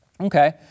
Okay